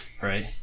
right